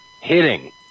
hitting